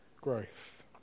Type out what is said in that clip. growth